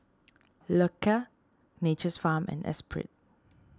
Loacker Nature's Farm and Espirit